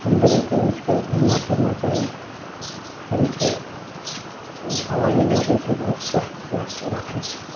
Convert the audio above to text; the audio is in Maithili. तीन बजेके उठिके घूमना फिरना चाही शरीरके हवा जे लागय छै बहुत स्व स्वस्थ राखयछै